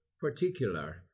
particular